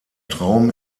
traum